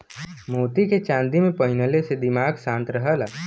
मोती के चांदी में पहिनले से दिमाग शांत रहला